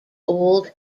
old